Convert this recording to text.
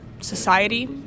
society